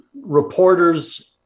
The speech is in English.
reporters